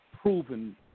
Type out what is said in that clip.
proven